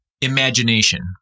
imagination